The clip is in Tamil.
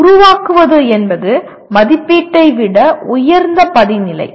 உருவாக்குவது என்பது மதிப்பீட்டை விட உயர்ந்த படி நிலை